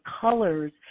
colors